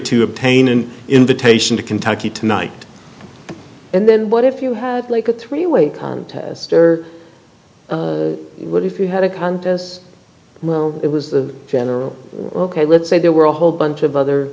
to obtain an invitation to kentucky tonight and then what if you had like a three way contest or what if you had a cunt as it was the general ok let's say there were a whole bunch of other